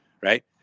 right